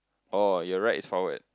oh your right is forward